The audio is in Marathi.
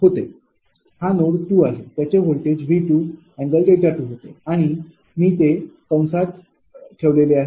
हा नोड 2 आहे त्याचे व्होल्टेज V2 ∠δ2 होते आणि मी ते कंसात ठेवले आहे